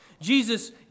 Jesus